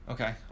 Okay